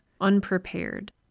Unprepared